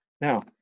Now